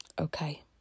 Okay